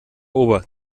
ober